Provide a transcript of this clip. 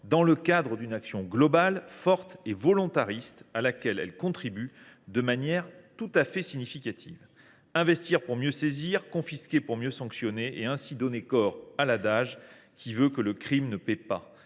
dans le cadre d’une action globale, forte et volontariste, à laquelle elle contribue de manière tout à fait substantielle. Investir pour mieux saisir, confisquer pour mieux sanctionner et ainsi donner corps à l’adage selon lequel le crime ne paie pas a